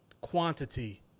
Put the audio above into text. quantity